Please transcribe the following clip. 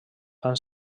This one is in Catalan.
fan